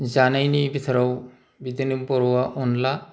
जानायनि भितोराव बिदिनो बर'आ अनला